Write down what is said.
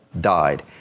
died